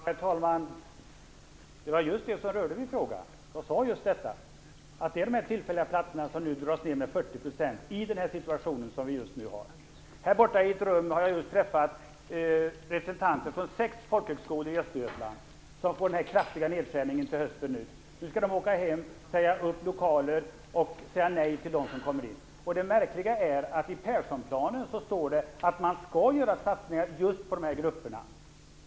Herr talman! Det var just det min fråga rörde. Jag sade just att det är de tillfälliga platserna som dras ned med 40 % i den situation som vi nu har. I ett rum här borta har jag just träffat representanter för sex folkhögskolor i Östergötland. De får en kraftig nedskärning inför hösten. Nu skall de åka hem och säga upp lokaler och säga nej till dem som kommer in. Det märkliga är att det i Perssonplanen står att man skall göra satsningar på just dessa grupper.